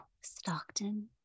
Stockton